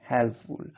helpful